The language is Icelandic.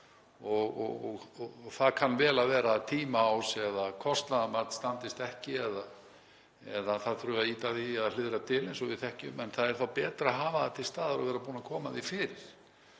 Það kann vel að vera að tímaás eða kostnaðarmat standist ekki eða að það þurfi að ýta því til eða hliðra til eins og við þekkjum. En það er þó betra að hafa það til staðar og vera búinn að koma því fyrir.